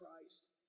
Christ